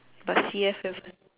plus he have have